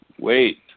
Wait